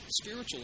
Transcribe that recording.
spiritual